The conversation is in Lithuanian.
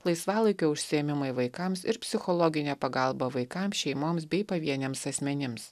laisvalaikio užsiėmimai vaikams ir psichologinė pagalba vaikams šeimoms bei pavieniams asmenims